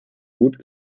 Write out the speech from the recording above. mut